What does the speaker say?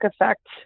effect